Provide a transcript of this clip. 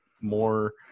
more